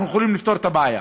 אנחנו יכולים לפתור את הבעיה.